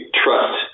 trust